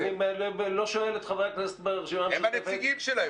אני לא שואל את חברי הכנסת מהרשימה המשותפת -- הם הנציגים שלהם.